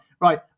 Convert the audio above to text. right